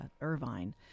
Irvine